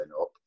up